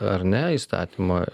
ar ne įstatymo